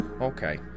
okay